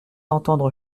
entendre